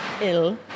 ill